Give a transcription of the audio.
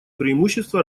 преимущества